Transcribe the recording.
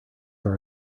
far